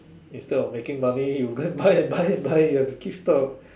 instead of making money you go and buy buy buy you have to keep stock